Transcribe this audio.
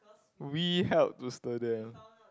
we help to stir them